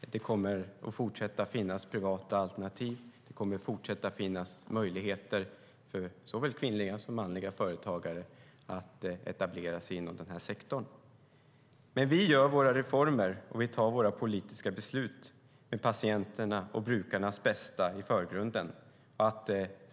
Det kommer att fortsätta att finnas privata alternativ, och det kommer att fortsätta att finnas möjligheter för såväl kvinnliga som manliga företagare att etablera sig inom sektorn. Vi genomför våra reformer, och vi fattar våra politiska beslut med patienternas och brukarnas bästa i förgrunden.